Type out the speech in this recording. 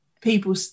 people